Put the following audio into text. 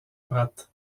prat